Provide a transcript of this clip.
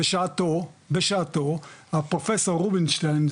בשעתו הפרופסור רובינשטיין,